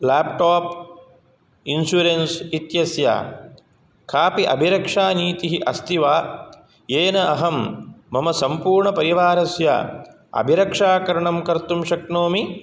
laptop insurance इत्यस्य कापि अभिरक्षानीतिः अस्ति वा येन अहं मम सम्पूर्णपरिवारस्य अभिरक्षाकरणं कर्तुं शक्नोमि